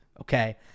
okay